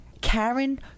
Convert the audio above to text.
Karen